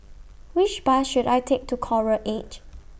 Which Bus should I Take to Coral Edge